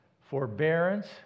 forbearance